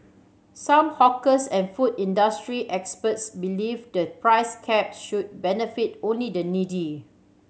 some hawkers and food industry experts believe the price cap should benefit only the needy